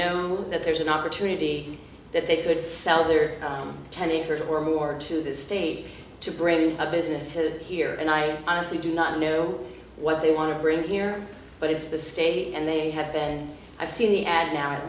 know that there's an opportunity that they could sell their attending church or more to the state to bring a business to here and i honestly do not know what they want to bring here but it's the state and they have been i've seen the ad now at